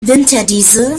winterdiesel